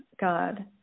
God